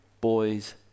boy's